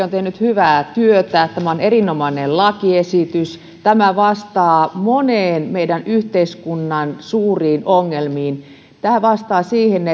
on tehnyt hyvää työtä tämä on erinomainen lakiesitys tämä vastaa moniin meidän yhteiskuntamme suuriin ongelmiin tämä vastaa siihen